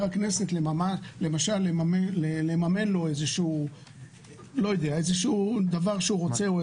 הכנסת למשל לממן לו איזשהו דבר שהוא רוצה.